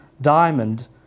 diamond